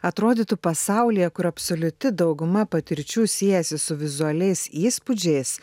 atrodytų pasaulyje kur absoliuti dauguma patirčių siejasi su vizualiais įspūdžiais